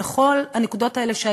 בכל הנקודות האלה,